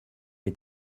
est